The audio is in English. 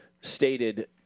stated